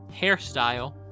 hairstyle